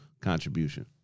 contribution